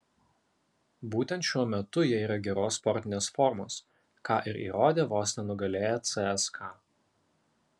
būtent šiuo metu jie yra geros sportinės formos ką ir įrodė vos nenugalėję cska